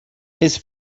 his